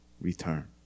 return